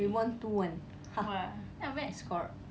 we won two one ha I scored